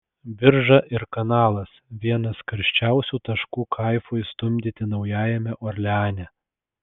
birža ir kanalas vienas karščiausių taškų kaifui stumdyti naujajame orleane